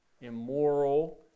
immoral